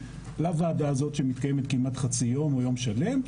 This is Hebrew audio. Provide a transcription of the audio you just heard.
לוועדה הזאת שמתקיימת כמעט חצי יום או יום שלם.